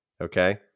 Okay